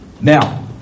Now